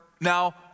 now